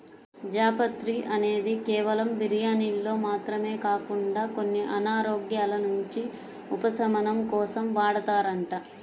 జాపత్రి అనేది కేవలం బిర్యానీల్లో మాత్రమే కాకుండా కొన్ని అనారోగ్యాల నుంచి ఉపశమనం కోసం వాడతారంట